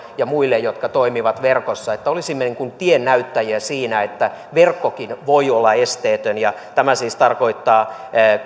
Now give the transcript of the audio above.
ja muille jotka toimivat verkossa olisimme niin kuin tiennäyttäjiä siinä että verkkokin voi olla esteetön ja tämä siis tarkoittaa